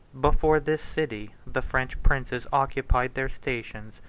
before this city, the french princes occupied their stations,